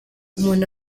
umuntu